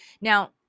now